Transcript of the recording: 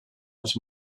els